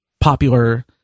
popular